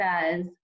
says